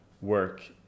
work